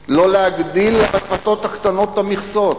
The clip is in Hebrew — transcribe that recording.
נפש לא להגדיל לרפתות הקטנות את המכסות,